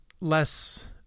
less